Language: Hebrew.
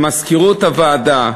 למזכירות הוועדה,